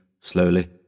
slowly